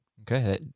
Okay